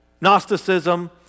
Gnosticism